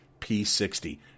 P60